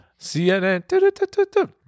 CNN